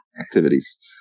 activities